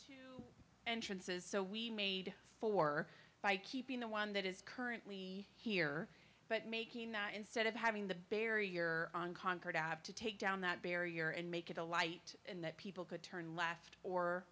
point entrances so we made for by keeping the one that is currently here but making instead of having the barrier on conquered have to take down that barrier and make it alight in that people could turn left or